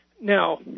Now